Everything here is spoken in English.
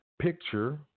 picture